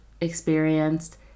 experienced